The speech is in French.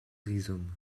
rhizome